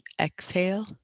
Exhale